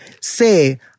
Say